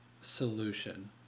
solution